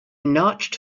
notched